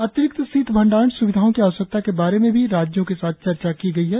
अतिरिक्त शीत भंडारण सुविधाओं की आवश्यकता के बारे में भी राज्यों के साथ चर्चा की गई है